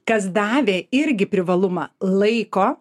kas davė irgi privalumą laiko